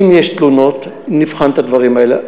אם יש תלונות, נבחן את הדברים האלה.